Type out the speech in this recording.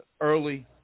early